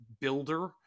builder